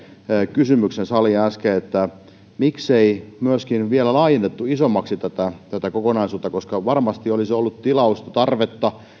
kysymyksen saliin äsken että miksei myöskin vielä laajennettu isommaksi tätä kokonaisuutta koska varmasti olisi ollut tilausta